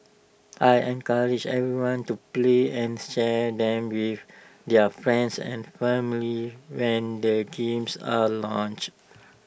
I encourage everyone to play and share them with their friends and family when the games are launched